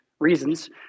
Reasons